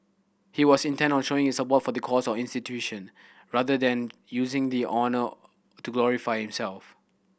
he was intent on showing his support for the cause or institution rather than using the honour to glorify himself